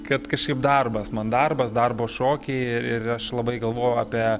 kad kažkaip darbas man darbas darbo šokiai ir aš labai galvojau apie